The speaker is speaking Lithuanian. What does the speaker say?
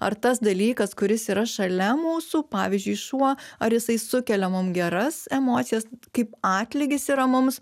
ar tas dalykas kuris yra šalia mūsų pavyzdžiui šuo ar jisai sukelia mum geras emocijas kaip atlygis yra mums